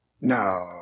No